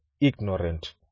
ignorant